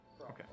Okay